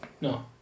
No